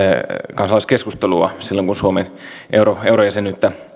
kansalaiskeskustelua silloin kun suomen eurojäsenyyttä